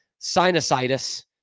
sinusitis